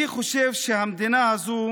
אני חושב שהמדינה הזו,